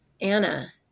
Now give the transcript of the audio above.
Anna